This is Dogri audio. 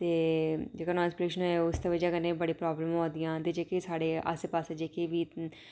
ते जेह्का नाइज प्लूशन ऐ उसदी बजह कन्नै बी बड़ी प्राब्लमां होआ दियां ते जेह्के साढ़े आसै पासै जेह्के